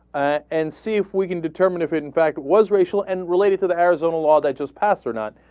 and see if we can determine if in fact was racial and related to the arizona law that does pass or not